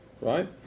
right